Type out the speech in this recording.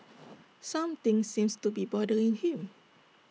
something seems to be bothering him